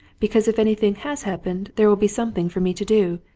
because if anything has happened there will be something for me to do,